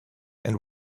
and